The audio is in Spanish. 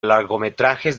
largometrajes